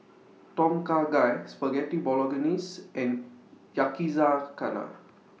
Tom Kha Gai Spaghetti Bolognese and Yakizakana